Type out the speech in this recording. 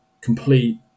complete